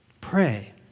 Pray